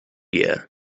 year